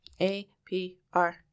A-P-R